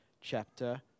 chapter